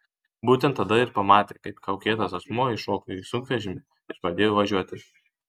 būtent tada ir pamatė kaip kaukėtas asmuo įšoko į sunkvežimį ir pradėjo važiuoti